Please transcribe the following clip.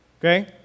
okay